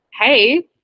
hey